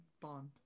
bond